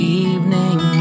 evening